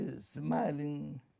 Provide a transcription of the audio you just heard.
smiling